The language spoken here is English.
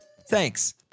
Thanks